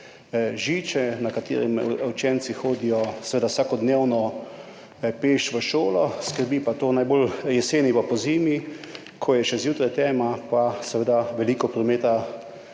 Žiče, kjer učenci hodijo vsakodnevno peš v šolo, skrbi pa to najbolj jeseni pa pozimi, ko je še zjutraj tema pa seveda veliko prometa,